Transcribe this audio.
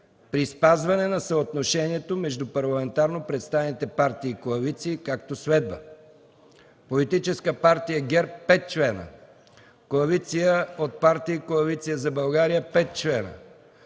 при спазване на съотношението между парламентарно представените партии и коалиции, както следва: 2.1. Политическа партия „ГЕРБ” – 5 члена; 2.2. Коалиция от партии „Коалиция за България” – 5 члена;